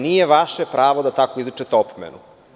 Nije vaše pravo da tako izričete opomenu.